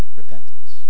repentance